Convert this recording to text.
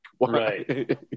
Right